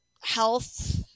health